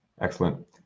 Excellent